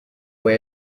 way